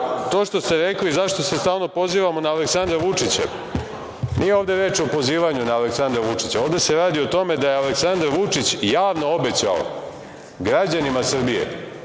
što ste rekli zašto se stalno pozivamo na Aleksandra Vučića. Nije ovde reč o pozivanju na Aleksandra Vučića. Ovde se radi o tome da je Aleksandar Vučić javno obećao građanima Srbije